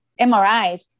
MRIs